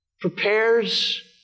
Prepares